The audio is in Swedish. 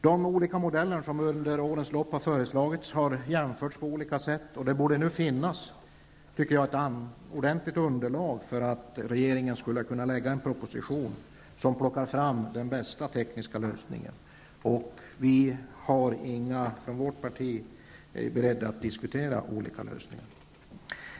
De olika modeller som under årens lopp har föreslagits har jämförts på olika sätt, och det borde nu finnas ett ordentligt underlag för regeringen att lägga en proposition som plockar fram den bästa tekniska lösningen. Vi från vårt parti är beredda att diskutera olika lösningar.